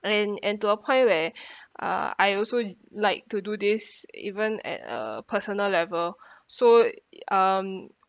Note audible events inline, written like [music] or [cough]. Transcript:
and and to a point where [breath] uh I also like to do this even at a personal level [breath] so um